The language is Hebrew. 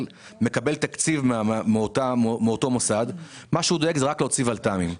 תקציב מאותו מוסד דואג רק להוציא ולת"מים.